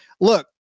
Look